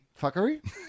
fuckery